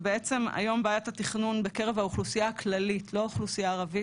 היום בעיית התכנון בקרב האוכלוסייה הכללית לא האוכלוסייה הערבית,